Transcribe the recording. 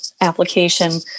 application